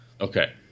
Okay